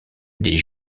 des